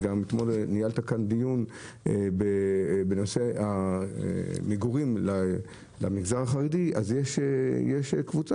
אתמול ניהלת כאן דיון בנושא המגורים למגזר החרדי אז יש קבוצה